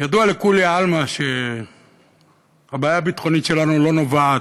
ידוע לכולי עלמא שהבעיה הביטחונית שלנו לא נובעת,